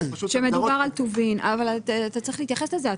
אתה צריך להתייחס לזה.